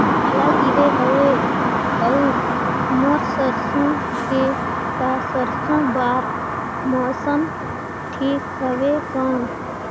पाला गिरे हवय अउर मोर सरसो हे ता सरसो बार मौसम ठीक हवे कौन?